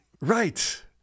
Right